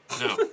No